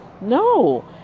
no